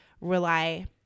rely